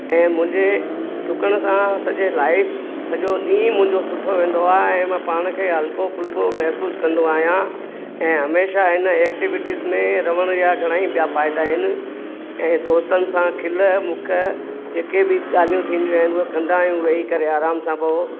ऐं मुंहिंजे डुकण सां सॼे लाईफ सॼो ॾींहुं मुंहिंजो सुठो वेंदो आहे ऐं मां पाण खे हल्को फुल्को महिसूसु कंदो आहियां ऐं हमेशह हिन एक्टिविटीस में रहण या घणेई ॿिया फ़ाइदा आहिनि ऐं दोस्तनि सां खिल मूंखे जेके बि ॻाल्हियूं थींदियूं आहिनि उहे कंदा आहियूं वेही करे आराम सां पोइ